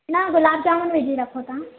न गुलाब जामुन विझी रखो तव्हां